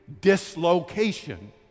dislocation